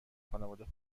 خانوادم